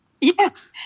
Yes